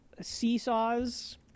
seesaws